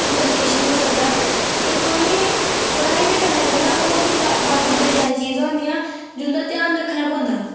किश नी होई सकदा ते तुहेंगी पढ़ाई दे कन्नै कन्नै होर बी बाकि बड़ी सारी चीजां होंदियां जिंदा ध्यान रक्खना पौंदा